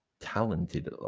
talented